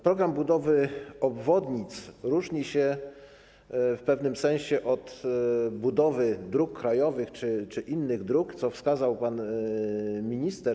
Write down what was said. Program budowy obwodnic różni się w pewnym sensie od programów budowy dróg krajowych czy innych dróg, co wskazał pan minister.